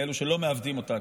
לאלו שלא מעוותים אותה,